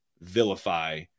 vilify